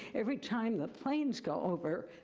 every time the planes go over,